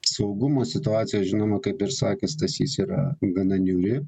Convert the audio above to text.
saugumo situacija žinoma kaip ir sakė stasys yra gana niūri